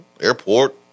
airport